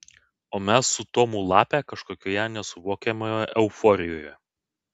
o mes su tomu lape kažkokioje nesuvokiamoje euforijoje